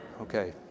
Okay